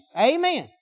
Amen